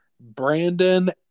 Brandon